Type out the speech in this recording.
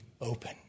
open